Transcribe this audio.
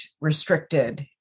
restricted